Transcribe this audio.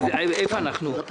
כמו שהסברתי אתמול, מדובר